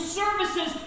services